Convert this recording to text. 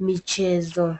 michezo.